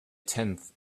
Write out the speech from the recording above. tenth